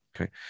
Okay